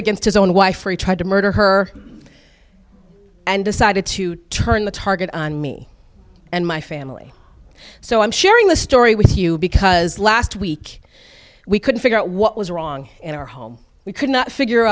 against his own wife he tried to murder her and decided to turn the target on me and my family so i'm sharing this story with you because last week we couldn't figure out what was wrong in our home we could not figure